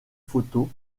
photo